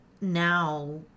now